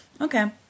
Okay